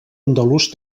andalús